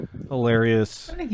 hilarious